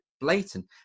blatant